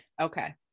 Okay